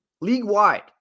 league-wide